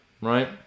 right